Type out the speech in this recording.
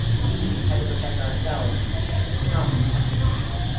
we had to protect ourselves from architecture.